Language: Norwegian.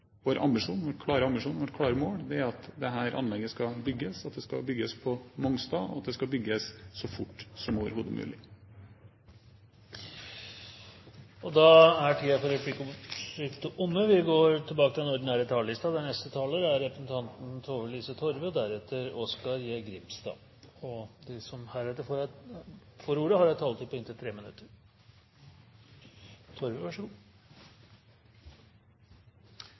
Vår klare ambisjon og vårt klare mål er at dette anlegget skal bygges, at det skal bygges på Mongstad, og at det skal bygges så fort som overhodet mulig. Replikkordskiftet er omme. De talere som heretter får ordet, har en taletid på inntil 3 minutter. Stortingsmeldingen om fullskala CO2-håndtering gir en god